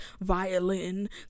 violin